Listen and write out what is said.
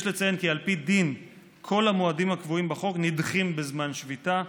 יש לציין כי על פי דין כל המועדים הקבועים בחוק נדחים בזמן שביתה,